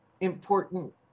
important